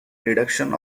reduction